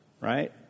Right